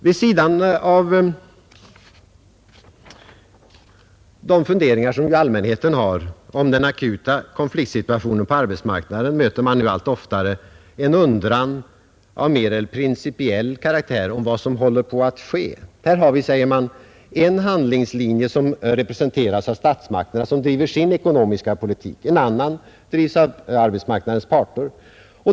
Vid sidan av de funderingar som allmänheten har om den akuta konfliktsituationen på arbetsmarknaden möter man nu allt oftare en undran av mer principiell karaktär inför vad som håller på att ske. Här har vi, säger man, en handlingslinje som representeras av statsmakterna, som driver sin ekonomiska politik. En annan politik drivs av arbetsmarknadens parter.